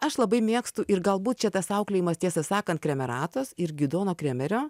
aš labai mėgstu ir galbūt čia tas auklėjimas tiesą sakant kremeratos irgi dono kremerio